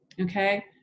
okay